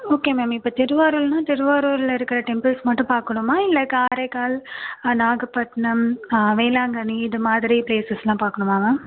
okay ma'am இப்போது திருவாரூர்னால் திருவாரூரில் இருக்கற டெம்புல்ஸ் மட்டும் பார்க்கணுமா இல்லை காரைக்கால் நாகப்பட்டிணம் வேளாங்கண்ணி இது மாதிரி ப்லேசஸெலாம் பார்க்கணுமா மேம்